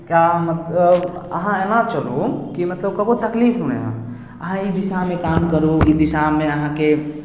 क्या मतलब अहाँ एना चलू कि मतलब कोनो तकलीफमे अहाँ अहाँ ई दिशामे काम करु जे दिशामे अहाँके